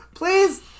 Please